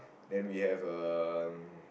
then we have uh